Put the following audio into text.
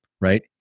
right